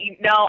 No